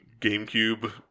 GameCube